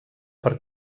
per